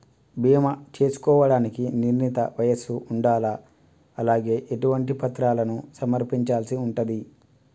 బీమా చేసుకోవడానికి నిర్ణీత వయస్సు ఉండాలా? అలాగే ఎటువంటి పత్రాలను సమర్పించాల్సి ఉంటది?